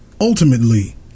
ultimately